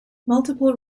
multiple